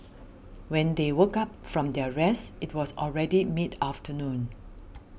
when they woke up from their rest it was already mid afternoon